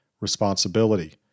Responsibility